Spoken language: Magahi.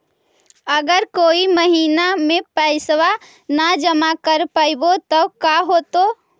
अगर कोई महिना मे पैसबा न जमा कर पईबै त का होतै?